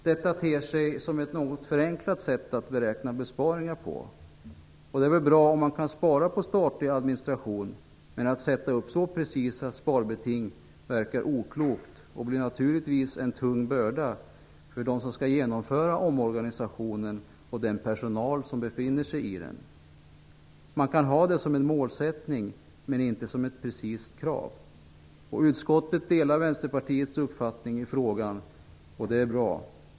Detta ter sig som ett något förenklat sätt att beräkna besparingar på. Det är väl bra om man kan spara på statlig administration. Men att fastställa så precisa sparbeting verkar oklokt, och det blir naturligtvis en tung börda för dem som skall genomföra omorganisationen och den personal som befinner sig i den. Man kan ha det som en målsättning, men inte som ett precist krav. Utskottet delar Vänsterpartiets uppfattning i frågan , och det är bra.